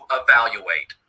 evaluate